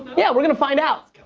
yeah, we're gonna find out.